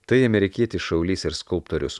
tai amerikietis šaulys ir skulptorius